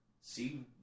see